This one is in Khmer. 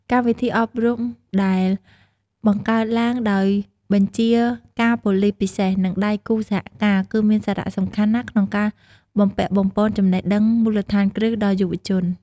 កម្មវិធីអប់រំដែលបង្កើតឡើងដោយបញ្ជាការប៉ូលិសពិសេស និងដៃគូសហការ គឺមានសារៈសំខាន់ណាស់ក្នុងការបំពាក់បំប៉នចំណេះដឹងមូលដ្ឋានគ្រឹះដល់យុវជន។